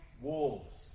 wolves